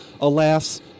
alas